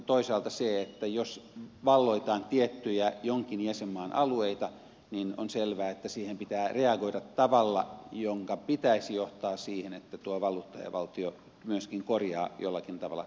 toisaalta jos valloitetaan tiettyjä jonkin jäsenmaan alueita on selvää että siihen pitää reagoida tavalla jonka pitäisi johtaa siihen että tuo valtio myöskin korjaa jollakin tavalla tuota tilannetta